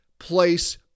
place